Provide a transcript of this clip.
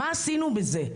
מה עשינו בזה?